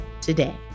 today